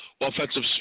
offensive